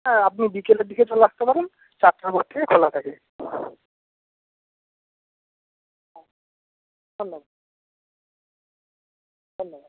হ্যাঁ আপনি বিকেলের দিকে চলে আসতে পারেন চারটের পর থেকে খোলা থাকে হ্যাঁ ধন্যবাদ ধন্যবাদ